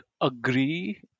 agree